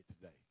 today